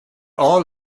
all